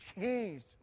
changed